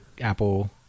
apple